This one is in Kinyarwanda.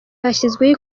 hashyizweho